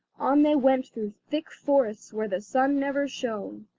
on they went through thick forests where the sun never shone,